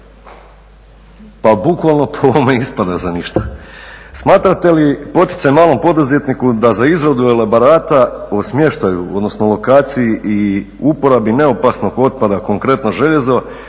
Pa bukvalno po ovome ispada za ništa. Smatrate li poticaj malom poduzetniku da za izradu elaborata o smještaju, odnosno lokaciji i uporabi neopasnog otpada konkretno željeza